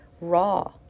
raw